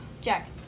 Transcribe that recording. Jack